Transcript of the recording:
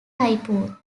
typhoon